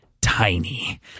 tiny